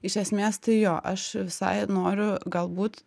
iš esmės tai jo aš visai noriu galbūt